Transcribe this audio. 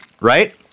Right